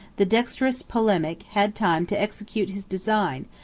the dexterous polemic had time to execute his design,